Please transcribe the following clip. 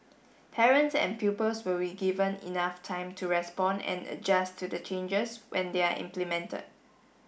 parents and pupils will be given enough time to respond and adjust to the changes when they are implemented